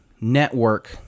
network